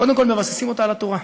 קודם כול מבססים אותה על התורה,